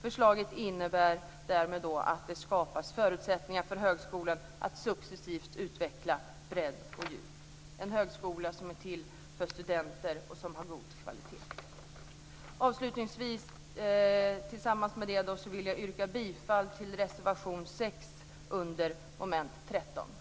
Förslaget innebär därmed att det skapas förutsättningar för högskolan att successivt utveckla bredd och djup, en högskola som är till för studenter och som har god kvalitet. Avslutningsvis yrkar jag bifall till reservation 6 under mom. 13.